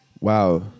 Wow